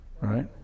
right